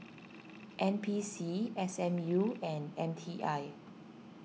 N P C S M U and M T I